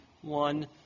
One